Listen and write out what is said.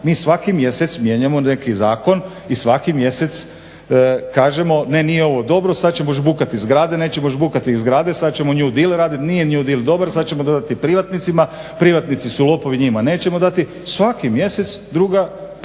mi svaki mjesec mijenjamo neki zakon i svaki mjesec kažemo ne nije ovo dobro, sad ćemo žbukati zgrade, nećemo žbukati zgrade, sad ćemo new deale raditi, nije new deal dobar sad ćemo to dati privatnicima, privatnici su lopovi njima nećemo dati. Svaki mjesec druga,